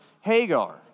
Hagar